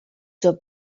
zur